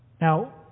Now